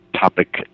topic